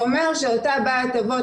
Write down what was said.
זה אומר שאותה בת תבוא,